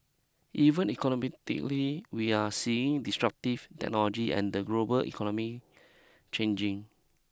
even economically we are seeing destructive technology and the global economy changing